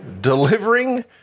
delivering